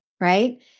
Right